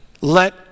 let